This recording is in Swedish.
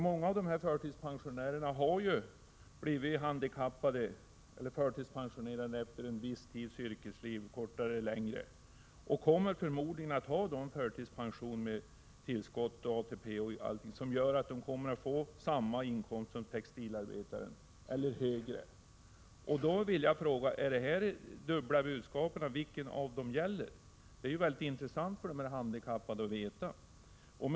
Många av dessa människor har blivit förtidspensionärer efter en viss tid i yrkeslivet, kortare eller längre, och kommer förmodligen att ha en förtidspension med tillskott, ATP osv., vilket gör att de kommer att få samma inkomst som textilarbetaren eller högre. Jag vill fråga: Vilket av dessa båda budskap gäller? Det är intressant för dessa handikappade att veta.